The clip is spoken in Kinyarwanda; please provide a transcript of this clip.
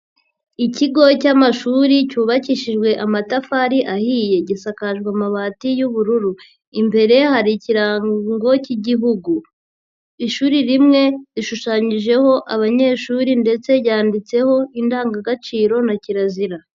Ikigo cy'amashuri cyubakishijwe amatafari ahiye gisakajwe amabati y'ubururu, imbere hari ikirango cy'Igihugu, ishuri rimwe rishushanyijeho abanyeshuri ndetse ryanditseho indangagaciro na kirazira.